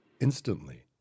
instantly